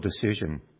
decision